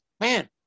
man